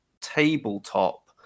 tabletop